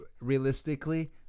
realistically